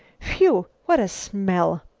whew! what a smell!